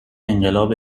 انقلاب